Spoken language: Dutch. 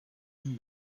hun